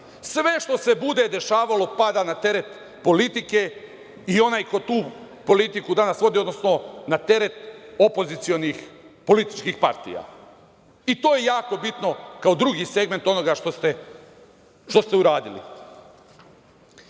sve što se bude dešavalo pada na teret politike i onaj ko tu politiku danas vodi, odnosno na teret opozicionih političkih partija. To je jako bitno kao drugi segment onoga što ste uradili.16/1